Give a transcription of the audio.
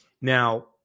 Now